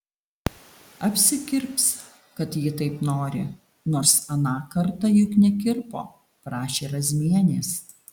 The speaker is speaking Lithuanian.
apsikirps kad ji taip nori nors aną kartą juk nekirpo prašė razmienės